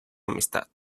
amistad